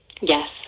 Yes